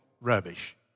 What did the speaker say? rubbish